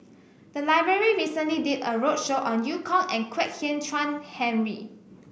the library recently did a roadshow on Eu Kong and Kwek Hian Chuan Henry